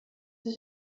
ich